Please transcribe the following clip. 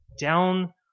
down